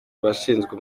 abashinzwe